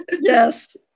Yes